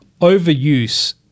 overuse